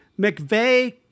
McVeigh